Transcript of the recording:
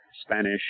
Spanish